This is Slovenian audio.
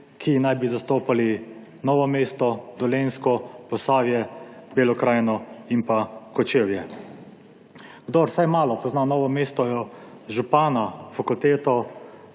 ki naj bi zastopali Novo mesto, Dolenjsko, Posavje, Belo krajino in Kočevje. Kdor vsaj malo pozna Novo mesto, župana, fakulteto